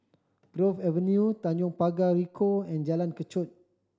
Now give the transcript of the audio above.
Grove Avenue Tanjong Pagar Ricoh and Jalan Kechot